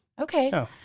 Okay